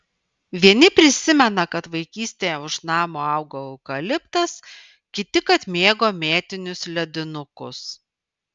vieni prisimena kad vaikystėje už namo augo eukaliptas kiti kad mėgo mėtinius ledinukus